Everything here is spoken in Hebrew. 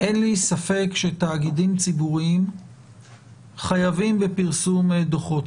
אין לי ספק שתאגידים ציבוריים חייבים בפרסום דוחות.